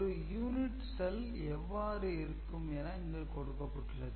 ஒரு "unit cell" எவ்வாறு இருக்கும் என இங்கு கொடுக்கப்பட்டுள்ளது